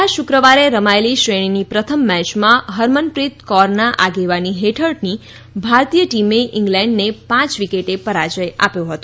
ગયા શુક્રવારે રમાયેલી શ્રેણીની પ્રથમ મેચમાં હરમનપ્રીત કૌરના આગેવાની હેઠળની ભારતીય ટીમે ઈંગ્લેન્ડને પાંચ વિકેટે પરાજય આપ્યો હતો